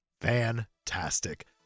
Fantastic